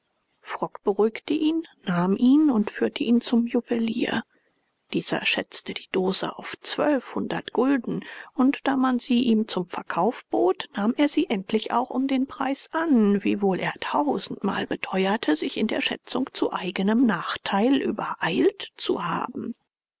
frock beruhigte ihn nahm ihn und führte ihn zum juwelier dieser schätzte die dose auf zwölfhundert gulden und da man sie ihm zum verkauf bot nahm er sie endlich auch um den preis an wiewohl er tausendmal beteuerte sich in der schätzung zu eigenem nachteil übereilt zu haben